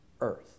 earth